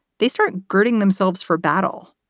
they start girding themselves for battle.